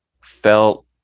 felt